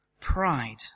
pride